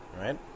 Right